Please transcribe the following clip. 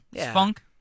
funk